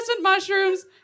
mushrooms